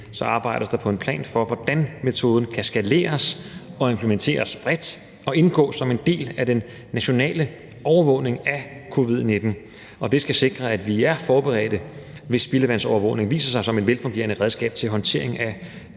det arbejdes der på en plan for, hvordan metoden kan skaleres og implementeres bredt og indgå som en del af den nationale overvågning af covid-19. Det skal sikre, at vi er forberedte, hvis spildevandsovervågning viser sig som et velfungerende redskab til håndtering af